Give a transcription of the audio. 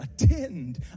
Attend